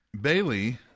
Bailey